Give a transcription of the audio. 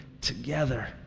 together